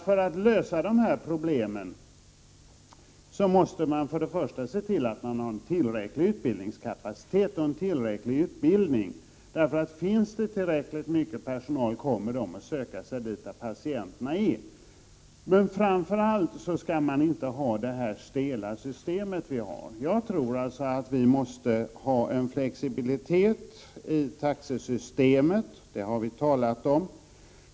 För att lösa dessa problem tror jag också att man till att börja med måste ha tillräcklig utbildningskapacitet och tillräcklig utbildning. Om det finns tillräckligt mycket personal kommer den nämligen att söka sig till de orter där patienterna finns. Framför allt skall vi inte ha det stela system som vi nu har. Vi måste alltså ha flexibilitet i taxesystemet — det har vi talat om.